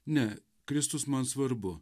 ne kristus man svarbu